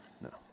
No